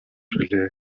билээ